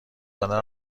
دادن